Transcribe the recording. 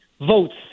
votes